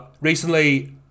Recently